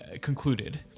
concluded